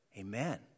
Amen